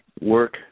work